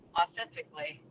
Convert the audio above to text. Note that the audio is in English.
authentically